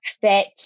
fit